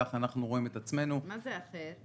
כך אנחנו רואים את עצמנו -- מה זה "אחר",